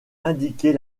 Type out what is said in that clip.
indiquer